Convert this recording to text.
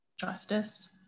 Justice